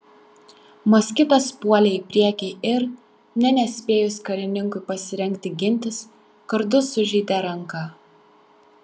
moskitas puolė į priekį ir nė nespėjus karininkui pasirengti gintis kardu sužeidė ranką